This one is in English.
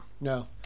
No